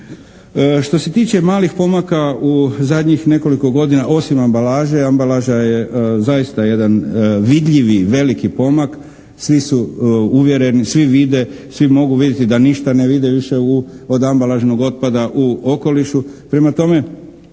Što se tiče malih pomaka u zadnjih nekoliko godina osim ambalaže, ambalaža je zaista jedan vidljivi veliki pomak, svi su uvjereni, svi vide, svi mogu vidjeti da ništa ne vide više od ambalažnog otpada u okolišu.